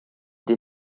des